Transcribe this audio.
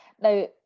now